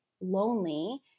lonely